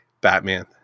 Batman